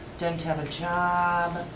didn't have a job.